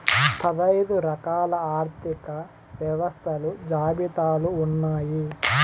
పదైదు రకాల ఆర్థిక వ్యవస్థలు జాబితాలు ఉన్నాయి